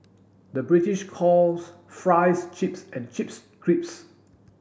the British calls fries chips and chips crisps